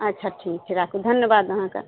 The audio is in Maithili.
अच्छा ठीक छै राखू धन्यबाद अहाँकऽ